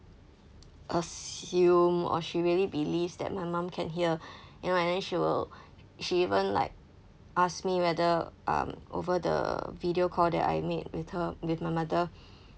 assume or she really believes that my mum can hear you know and then she will she even like ask me whether um over the video call that I made with her with my mother